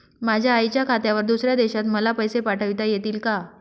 माझ्या आईच्या खात्यावर दुसऱ्या देशात मला पैसे पाठविता येतील का?